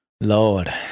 Lord